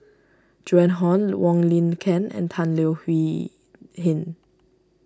Joan Hon Wong Lin Ken and Tan Leo Hin